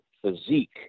physique